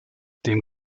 dem